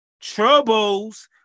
troubles